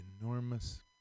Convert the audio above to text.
enormous